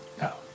No